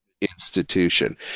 institution